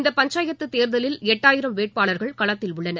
இந்த பஞ்சாயத்து தேர்தலில் எட்டாயிரம் வேட்பாளர்கள் களத்தில் உள்ளனர்